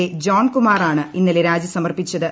A ജോൺകുമാറാണ് ഇന്നലെ രാജി സമർപ്പിച്ചത്